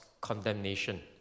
condemnation